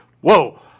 whoa